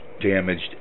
damaged